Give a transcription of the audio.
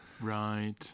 Right